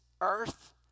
earth